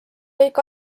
kõik